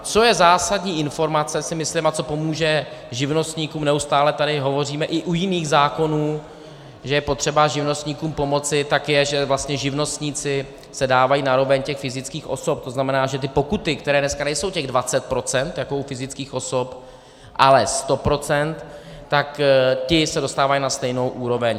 Co je zásadní informace, si myslím, a co pomůže živnostníkům, neustále tady hovoříme, i u jiných zákonů, že je potřeba živnostníkům pomoci, tak je, že vlastně živnostníci se dávají na roveň fyzických osob, to znamená, že ty pokuty, které dneska nejsou dvacet procent jako u fyzických osob, ale sto procent, tak ti se dostávají na stejnou úroveň.